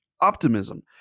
optimism